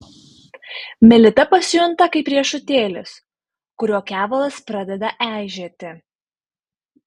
melita pasijunta kaip riešutėlis kurio kevalas pradeda eižėti